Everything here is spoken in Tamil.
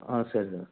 ஆ சரி சார்